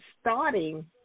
starting